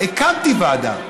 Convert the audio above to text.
ועדה, הקמתי ועדה,